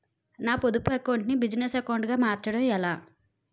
నా పొదుపు అకౌంట్ నీ బిజినెస్ అకౌంట్ గా మార్చడం ఎలా?